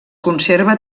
conserva